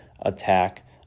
attack